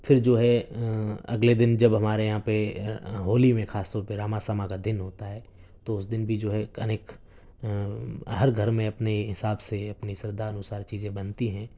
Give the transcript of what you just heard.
پھر جو ہے اگلے دن جب ہمارے یہاں پہ ہولی میں خاص طور پہ راما سما کا دن ہوتا ہے تو اس دن بھی جو ہے انیک ہر گھر میں اپنے حساب سے اپنی سردھا انوسار چیزیں بنتی ہیں